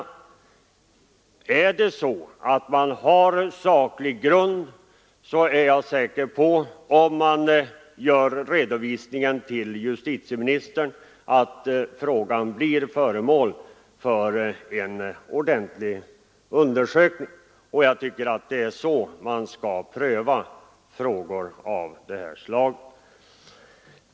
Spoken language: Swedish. Har uppgifterna en saklig grund är jag säker på att frågan blir föremål för en grundlig undersökning om en redovisning görs för justitieministern. Så tycker jag också att man skall pröva frågor av detta slag.